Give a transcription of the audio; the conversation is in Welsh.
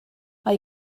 mae